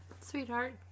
sweetheart